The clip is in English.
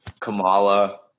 Kamala